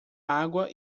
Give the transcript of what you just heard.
água